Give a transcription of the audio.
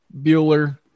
Bueller